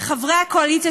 וחברי הקואליציה,